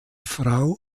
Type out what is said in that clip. frau